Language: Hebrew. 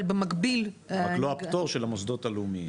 אבל במקביל --- רק לא הפטור של המוסדות הלאומיים.